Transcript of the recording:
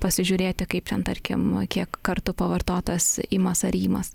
pasižiūrėti kaip ten tarkim kiek kartų pavartotas imas ar ymas